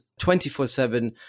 24-7